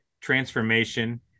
transformation